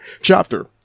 chapter